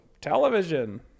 television